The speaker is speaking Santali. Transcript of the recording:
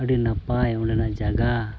ᱟᱹᱰᱤ ᱱᱟᱯᱟᱭ ᱚᱸᱰᱮᱱᱟᱜ ᱡᱟᱭᱜᱟ